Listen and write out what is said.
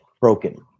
broken